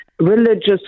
religious